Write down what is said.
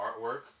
artwork